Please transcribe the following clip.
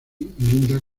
linda